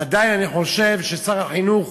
עדיין אני חושב ששר החינוך